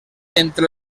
entre